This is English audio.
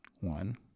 One